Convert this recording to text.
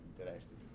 interesting